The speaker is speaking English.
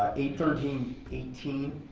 ah eight thirteen eighteen,